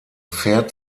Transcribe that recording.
fährt